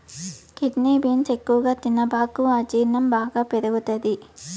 kidney beans ఎక్కువగా తినబాకు అజీర్ణం బాగా పెరుగుతది